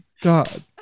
God